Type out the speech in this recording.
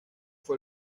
fue